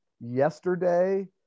yesterday